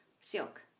silk